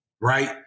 right